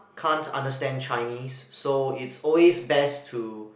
can't understand Chinese so it's always best to